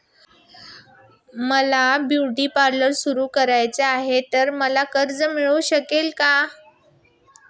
मला beauty parlour सुरू करायचे आहे तर मला कर्ज मिळू शकेल का?